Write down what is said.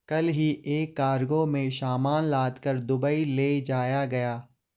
कल ही एक कार्गो में सामान लादकर दुबई ले जाया गया